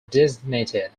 designated